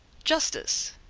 justice,